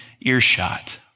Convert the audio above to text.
earshot